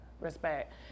respect